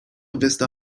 vista